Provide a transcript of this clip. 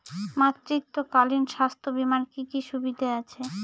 মাতৃত্বকালীন স্বাস্থ্য বীমার কি কি সুবিধে আছে?